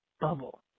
bubble